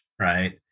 Right